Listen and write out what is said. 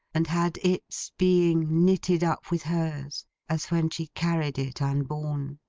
and had its being knitted up with hers as when she carried it unborn.